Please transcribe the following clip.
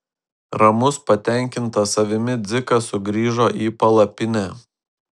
ramus patenkintas savimi dzikas sugrįžo į palapinę